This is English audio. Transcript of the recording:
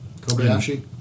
Kobayashi